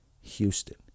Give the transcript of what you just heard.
Houston